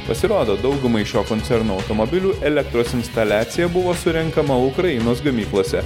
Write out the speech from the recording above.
pasirodo daugumai šio koncerno automobilių elektros instaliacija buvo surenkama ukrainos gamyklose